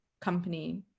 company